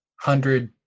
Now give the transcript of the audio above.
hundred